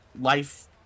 life